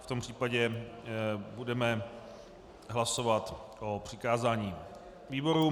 V tom případě budeme hlasovat o přikázání výborům.